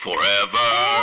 Forever